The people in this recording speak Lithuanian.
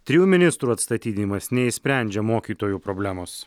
trijų ministrų atstatydinimas neišsprendžia mokytojų problemos